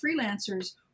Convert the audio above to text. freelancers